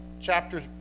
chapter